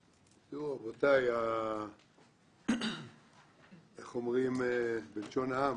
רבותי, איך אומרים בלשון העם?